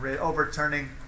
overturning